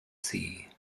sea